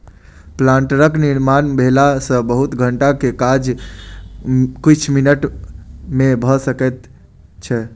प्लांटरक निर्माण भेला सॅ बहुत घंटा के काज किछ मिनट मे भ जाइत छै